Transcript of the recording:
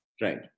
Right